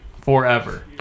forever